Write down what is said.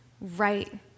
right